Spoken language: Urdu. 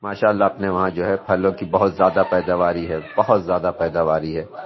ما شاء اللہ اپنے وہاں جو ہے پھلوں کی بہت زیادہ پیدا واری ہے بہت زیادہ پیدا واری ہے